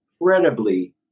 incredibly